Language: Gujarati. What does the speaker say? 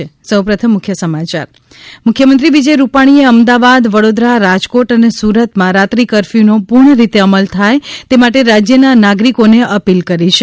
ે મુખ્યમંત્રી વિજય રૂપાણીએ અમદાવાદ વડોદરારાજકોટ અને સુરતમાં રાત્રી કરફથુનો પુર્ણ રીતે અમલ થાય તે માટે રાજયના નાગરીકોને અપીલ કરી છે